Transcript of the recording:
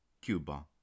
Cuba